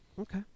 Okay